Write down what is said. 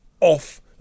off